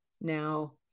now